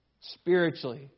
spiritually